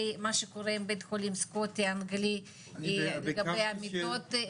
מה שקורה בבית חולים סקוטי אנגלי לגבי המיטות.